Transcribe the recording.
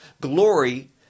glory